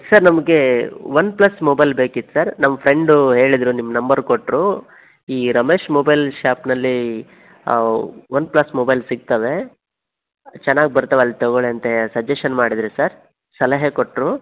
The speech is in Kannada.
ಸರ್ ನಮ್ಗೆ ಒನ್ಪ್ಲಸ್ ಮೊಬೈಲ್ ಬೇಕಿತ್ತು ಸರ್ ನಮ್ಮ ಫ್ರೆಂಡೂ ಹೇಳಿದ್ರು ನಿಮ್ಮ ನಂಬರ್ ಕೊಟ್ಟರು ಈ ರಮೇಶ್ ಮೊಬೈಲ್ ಶಾಪ್ನಲ್ಲಿ ಒನ್ಪ್ಲಸ್ ಮೊಬೈಲ್ ಸಿಗ್ತವೆ ಚೆನ್ನಾಗಿ ಬರ್ತವೆ ಅಲ್ಲಿ ತಗೊಳ್ಳಿ ಅಂತ ಹೇಳ್ ಸಜೆಷನ್ ಮಾಡಿದರೆ ಸರ್ ಸಲಹೆ ಕೊಟ್ಟರು